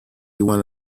one